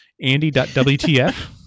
andy.wtf